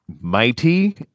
Mighty